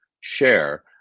share